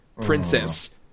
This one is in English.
princess